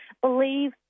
believe